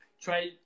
try